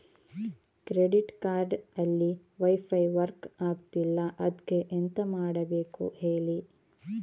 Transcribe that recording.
credit card ಅಲ್ಲಿ wifi work ಆಗ್ತಿಲ್ಲ ಅದ್ಕೆ ಎಂತ ಮಾಡಬೇಕು ಹೇಳಿ